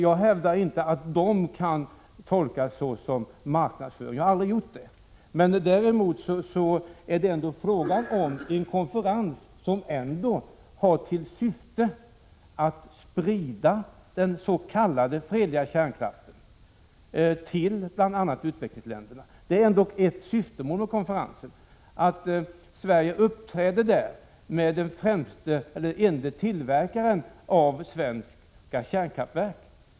Jag hävdar inte att vad som står där kan tolkas såsom marknadsföring, och jag har aldrig gjort det. Men det är ändå fråga om en konferens som har till syfte att sprida den s.k. fredliga kärnkraften till bl.a. utvecklingsländerna. Det är alltså ett syftemål med konferensen. Sverige representeras där av den ende tillverkaren av svenska kärnkraftverk.